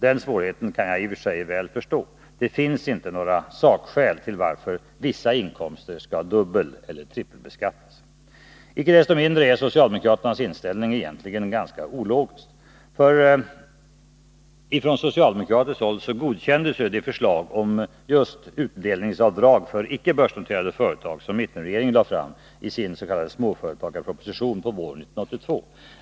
Den svårigheten kan jag i och för sig väl förstå. Det finns inte några sakskäl till varför vissa inkomster skall dubbeleller trippelbeskattas. Icke desto mindre är socialdemokraternas inställning egentligen ganska ologisk. Från socialdemokratiskt håll godkändes ju det förslag om utdelningsavdrag för icke börsnoterade företag som mittenregeringen lade fram i sins.k. småföretagsproposition på våren 1982.